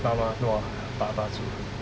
妈妈 no ah 爸爸煮